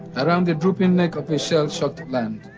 around the drooping neck of the shell-shocked land.